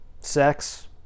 Sex